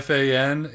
Fan